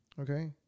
okay